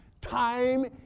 Time